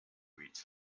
reach